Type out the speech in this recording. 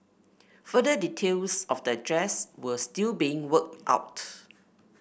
further details of the address were still being worked out